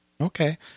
Okay